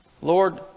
Lord